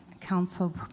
Council